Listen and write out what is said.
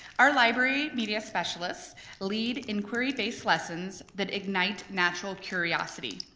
our library media specialists lead inquiry based lessons that ignite natural curiosity.